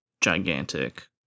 gigantic